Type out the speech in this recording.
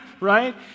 right